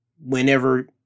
whenever